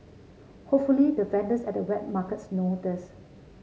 hopefully the vendors at the wet markets know this